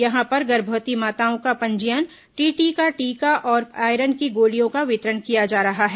यहां पर गर्भवती माताओं का पंजीयन टीटी का टीका और आयरन की गोलियों का वितरण किया जा रहा है